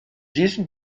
diesem